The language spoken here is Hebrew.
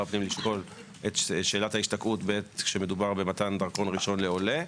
הפנים לשקול את שאלת ההשתקעות בעת שמדובר במתן דרכון ראשון לעולה.